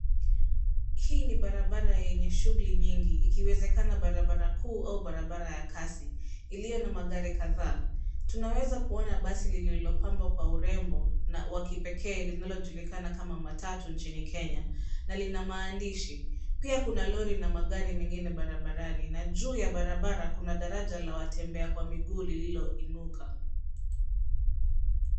Hii ni barabara yenye shughuli nyingi ikiwezekana barabara kuu au barabara ya kazi Iliyo na magari kadhaa. Tunaweza kuona basi lililopambwa kwa urembo na wakipekee linalojulikana kama matatu nchini Kenya na lina maandishi. Pia kuna lori na magari mengine barabarani na juu ya barabara kuna daraja la watembea kwa miguu lililoinuka.